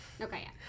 Okay